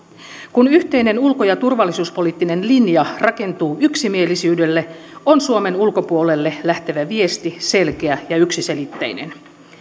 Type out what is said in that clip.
kun yhteinen ulko ja turvallisuuspoliittinen linja rakentuu yksimielisyydelle on suomen ulkopuolelle lähtevä viesti selkeä ja yksiselitteinen